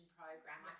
program